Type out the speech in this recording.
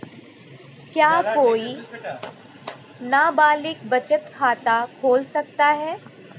क्या कोई नाबालिग बचत खाता खोल सकता है?